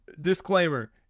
disclaimer